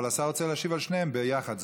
אבל השר רוצה להשיב על שתיהן ביחד.